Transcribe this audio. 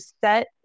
set